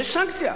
יש סנקציה.